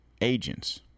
agents